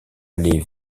aller